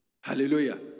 Hallelujah